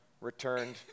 returned